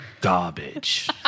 Garbage